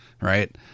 right